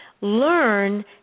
learn